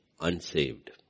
unsaved